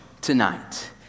tonight